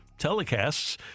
telecasts